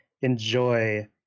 enjoy